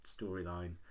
storyline